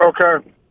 Okay